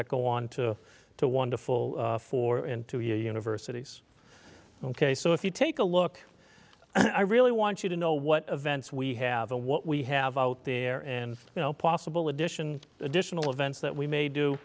that go on to to wonderful for and to universities ok so if you take a look i really want you to know what events we have a what we have out there and you know possible addition additional events that we may do